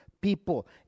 people